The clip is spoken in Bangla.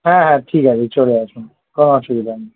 হ্যাঁ হ্যাঁ ঠিক আছে চলে আসুন কোনো অসুবিধা নেই